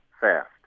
fast